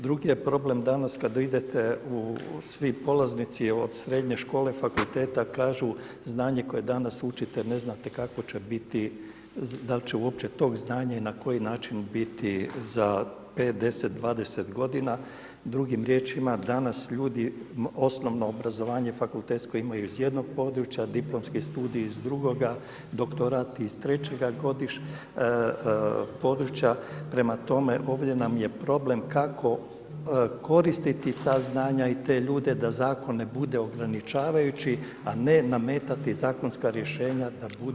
Drugi je problem danas kada idete u svi polaznici od srednje škole, fakulteta kažu znanje koje danas učinite ne znate kakvo će biti, dali će uopće tog znanja i na koji način biti za pet, deset, dvadeset godina, drugim riječima danas ljudi osnovno obrazovanje, fakultetsko imaju iz jednog područja, diplomski studij iz drugoga, doktorat iz trećega područja, prema tome ovdje nam je problem kako koristiti ta znanja i te ljude da zakon ne bude ograničavajući a ne nametati zakonska rješenja da budu